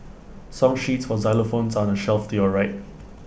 song sheets for xylophones are on the shelf to your right